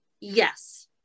Yes